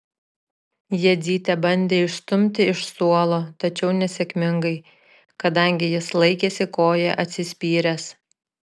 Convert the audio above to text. jadzytė bandė išstumti iš suolo tačiau nesėkmingai kadangi jis laikėsi koja atsispyręs